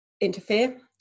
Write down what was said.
interfere